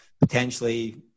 potentially